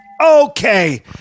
Okay